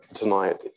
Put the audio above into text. tonight